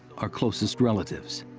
our closest relatives.